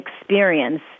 experience